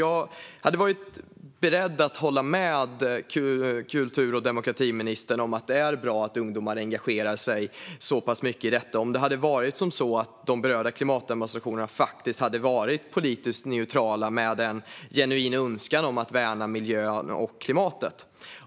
Jag hade varit beredd att hålla med kultur och demokratiministern om att det är bra att ungdomar engagerar sig så pass mycket i detta om klimatdemonstrationerna faktiskt hade varit politiskt neutrala och visat en genuin önskan att värna miljön och klimatet.